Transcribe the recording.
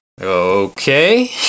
Okay